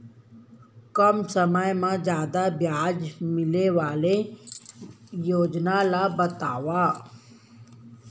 कम समय मा जादा ब्याज मिले वाले योजना ला बतावव